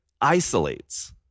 isolates